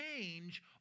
change